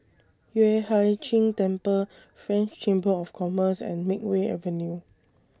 Yueh Hai Ching Temple French Chamber of Commerce and Makeway Avenue